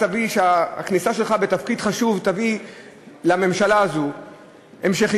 שהכניסה שלך לתפקיד החשוב תביא לממשלה הזאת המשכיות,